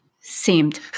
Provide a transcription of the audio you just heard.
seemed